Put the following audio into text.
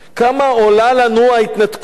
כמה עולה לנו ההתנתקות?